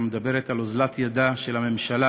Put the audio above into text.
המדברת על אוזלת ידה של הממשלה